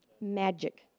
Magic